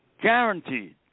Guaranteed